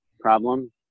problem